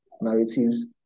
narratives